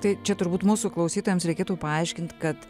tai čia turbūt mūsų klausytojams reikėtų paaiškint kad